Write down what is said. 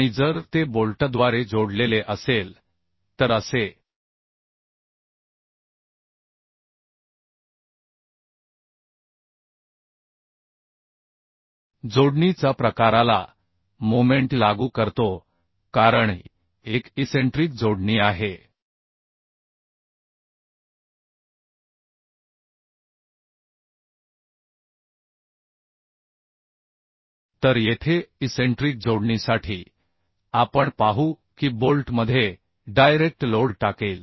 आणि जर ते बोल्टद्वारे जोडलेले असेल तर असे जोडणीचा प्रकाराला क्षण लागू करतो कारण ही एक इसेंट्रीक जोडणी आहे तर येथे इसेंट्रीक जोडणीसाठी आपण पाहू की बोल्ट मध्ये डायरेक्ट लोड टाकेल